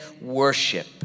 worship